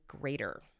greater